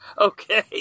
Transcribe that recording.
Okay